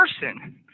person